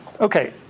Okay